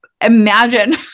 imagine